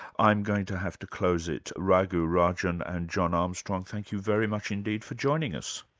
i'm going to have to close it. raghuram rajan and john armstrong, thank you very much indeed for joining us.